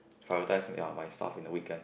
prioritize make my stuff in the weekends